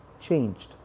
changed